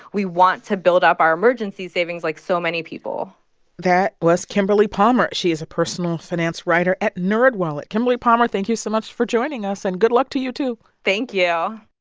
we want to build up our emergency savings like so many people that was kimberly palmer. she is a personal finance writer at nerd wallet. kimberly palmer, thank you so much for joining us and good luck to you too thank you